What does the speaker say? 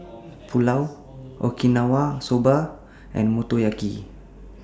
Pulao Okinawa Soba and Motoyaki